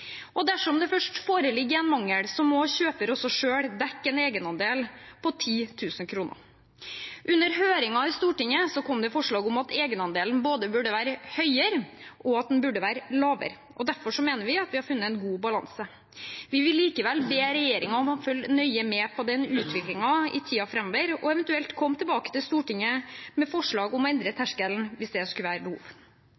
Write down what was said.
Dersom det først foreligger en mangel, må kjøper selv dekke en egenandel på 10 000 kr. Under høringen i Stortinget kom det forslag om at egenandelen både burde være høyere, og at den burde være lavere. Derfor mener vi at vi har funnet en god balanse. Vi vil likevel be regjeringen om å følge nøye med på utviklingen i tiden framover og eventuelt komme tilbake til Stortinget med forslag om å endre